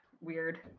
weird